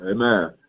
Amen